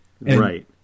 Right